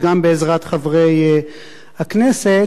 וגם בעזרת חברי הכנסת.